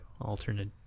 alternate